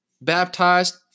baptized